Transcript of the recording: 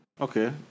Okay